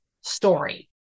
story